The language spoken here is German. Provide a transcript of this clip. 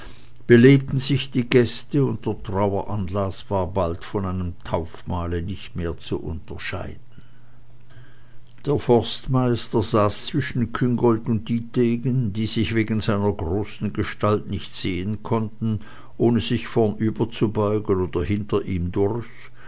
belebten sich die gäste und der traueranlaß war bald von einem taufmahle nicht mehr zu unterscheiden der forstmeister saß zwischen küngolt und dietegen die sich wegen seiner großen gestalt nicht sehen konnten ohne sich vornüberzubeugen oder hinter ihm durch